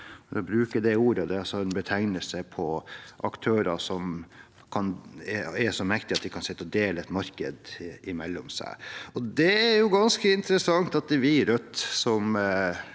altså en betegnelse på aktører som er så mektige at de kan sitte og dele et marked mellom seg. Og det er jo ganske interessant at det er vi i Rødt som